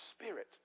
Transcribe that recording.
spirit